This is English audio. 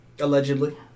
Allegedly